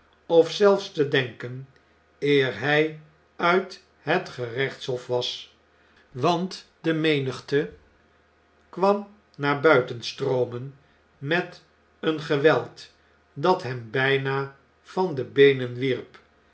zelfs te denken eer hjj uit het gerechtshof was want de menigte kwam naar buiten stroomen met een geweld dat hem bijna van de beenen wierp